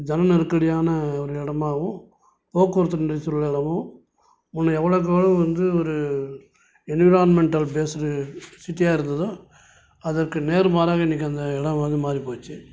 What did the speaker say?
ஜனநெருக்கடியான ஒரு இடமாகவும் போக்குவரத்து நெரிசல்லளவும் முன்ன எவ்வளவுக் எவ்வளவு வந்து ஒரு என்விரோன்மெண்ட்டல் பேஸுடு சிட்டியாக இருந்ததோ அதற்கு நேர்மாறாக இன்றைக்கி அந்த இடம் வந்து மாதிரி போயிடுச்சி